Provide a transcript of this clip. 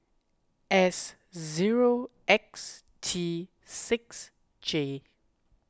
S zero X T six J